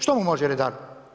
Što mu može redar?